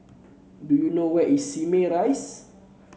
do you know where is Simei Rise